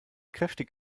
kräftig